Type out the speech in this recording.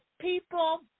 people